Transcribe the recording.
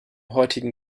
heutigen